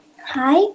hi